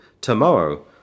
tomorrow